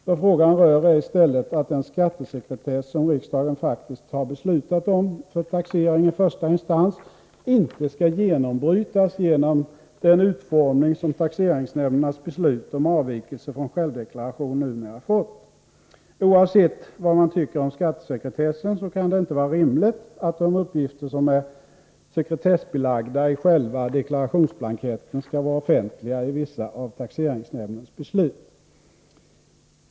Vad frågan rör är i stället att den skattesekretess, som riksdagen faktiskt beslutat om för taxering i första instans, inte skall genombrytas genom den utformning som taxeringsnämndernas beslut om avvikelse från självdeklaration numera fått. Oavsett vad man tycker om skattesekretessen, kan det inte vara rimligt att de uppgifter som är sekretessbelagda i själva deklarationsblanketten skall vara offentliga i vissa av taxeringsnämndens beslut.